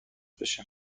بشه